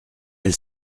elle